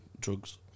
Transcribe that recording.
drugs